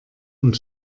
und